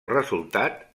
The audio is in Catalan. resultat